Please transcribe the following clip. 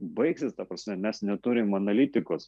baigsis ta prasme mes neturim analitikos